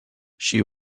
she